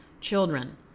children